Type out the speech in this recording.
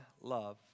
love